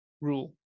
rule